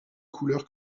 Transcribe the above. couleur